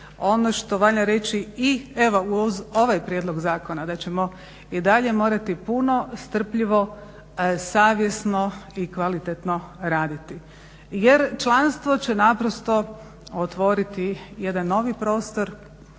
Ono što valja reći i u evo uz ovaj prijedlog zakona da ćemo i dalje morati puno strpljivo, savjesno i kvalitetno raditi jer članstvo će naprosto otvoriti jedan novi prostor